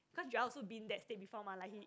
cause Joel also been in that state before like he